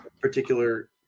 particular